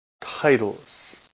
titles